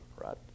right